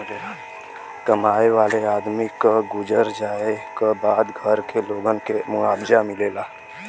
कमाए वाले आदमी क गुजर जाए क बाद घर के लोगन के मुआवजा मिलेला